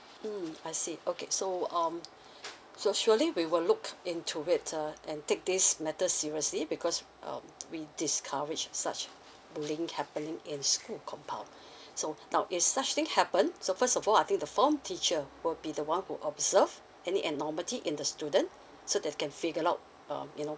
mm I see okay so um so surely we will look into it uh and take this matter seriously because um we discourage such blink happening in school compound so now if such thing happen so first of all I think the form teacher will be the one who observe any abnormality in the student so they can figure out um you know